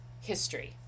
history